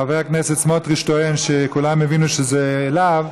חבר הכנסת סמוטריץ טוען שכולם הבינו שזה אליו,